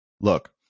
Look